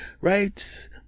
right